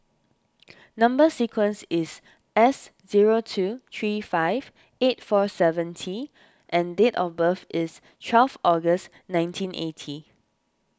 Number Sequence is S zero two three five eight four seven T and date of birth is twelve August nineteen eighty